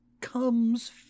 comes